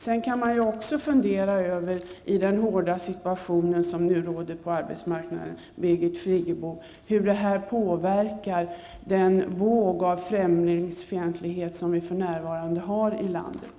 Sedan kan man ju också, Birgit Friggebo, i den hårda situation som råder på arbetsmarknaden, fundera över hur det här påverkar den våg av främlingsfientlighet som vi för närvarande har i landet.